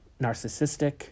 narcissistic